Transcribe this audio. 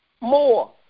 More